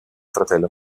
fratello